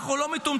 אנחנו לא מטומטמים.